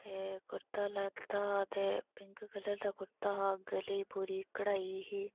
ते कुरता लैता ते पिंक कलर दा कुरता हा गले गी पूरी कढाई ही